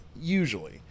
usually